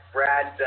Brad